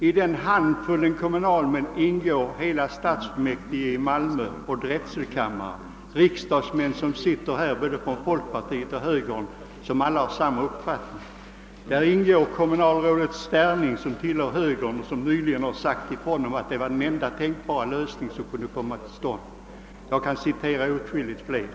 I denna »handfull kommunalmän» ingår hela stadsfullmäktige i Malmö, drätselkammaren där, riksdagsmän från både folkpartiet och högern, som alla har samma uppfattning, samt högermannen kommunalrådet Sterning, som nyligen sagt att den lösning man stannade för vad den enda tänkbara i läget. Och jag skulle kunna citera åtskilliga fler som har denna uppfattning.